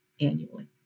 annually